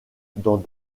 dans